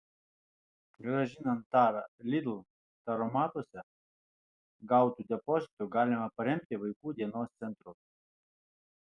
grąžinant tarą lidl taromatuose gautu depozitu galima paremti vaikų dienos centrus